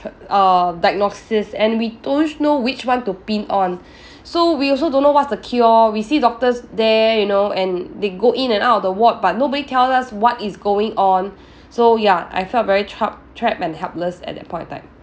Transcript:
err diagnosis and we don't know which one to pin on so we also don't know what's the cure we see doctors there you know and they go in and out of the ward but nobody tells us what is going on so ya I felt very trap trap and helpless at that point in time